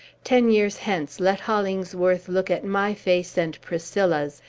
ten years hence, let hollingsworth look at my face and priscilla's,